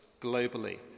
globally